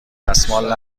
دستمال